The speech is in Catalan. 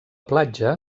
platja